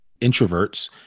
introverts